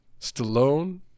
Stallone